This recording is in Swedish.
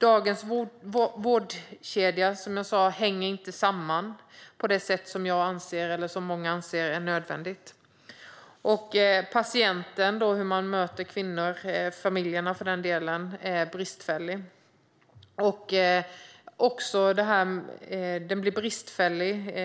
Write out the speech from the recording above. Dagens vårdkedja hänger, som jag sa, inte samman på det sätt som många anser är nödvändigt. Bemötandet av kvinnor och familjer, för den delen, är bristfälligt. Det finns också brister